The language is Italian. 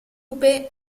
coupé